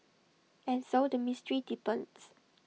and so the mystery deepens